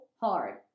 hard